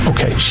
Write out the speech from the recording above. Okay